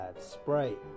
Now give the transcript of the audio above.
sprite